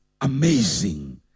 amazing